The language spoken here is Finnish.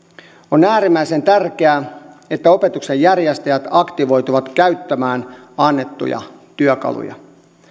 on äärimmäisen tärkeää että opetuksen järjestäjät aktivoituvat käyttämään annettuja työkaluja